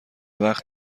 وقت